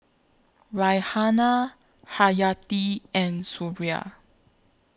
Raihana Hayati and Suria